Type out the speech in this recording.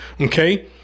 okay